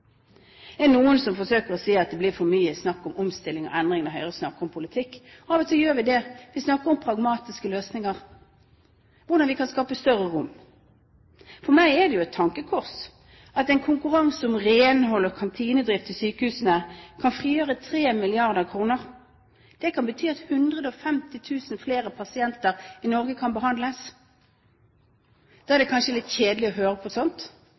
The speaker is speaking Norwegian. er noen som forsøker å si at det blir for mye snakk om omstilling og endring når Høyre snakker om politikk. Av og til gjør vi det, vi snakker om pragmatiske løsninger, hvordan vi kan skape større rom. For meg er det et tankekors at en konkurranse om renhold og kantinedrift i sykehusene kan frigjøre 3 mrd. kr. Det kan bety at 150 000 flere pasienter i Norge kan behandles. Det er kanskje litt kjedelig å høre på sånt,